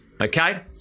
Okay